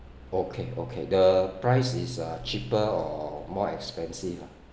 okay okay the price is uh cheaper or more expensive ah